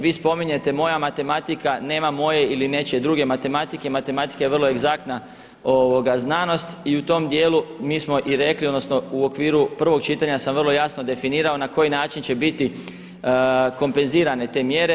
Vi spominjete moja matematika, nema moje ili nečije druge matematike, matematika je vrlo egzaktna znanost i u tom dijelu mi smo i rekli odnosno u okviru prvog čitanja sam vrlo jasno definirao na koji način će biti kompenzirane te mjere.